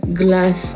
glass